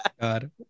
god